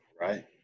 Right